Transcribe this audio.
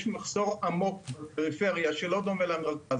יש מחסור עמוק בפריפריה שלא דומה למרכז.